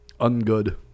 ungood